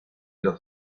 los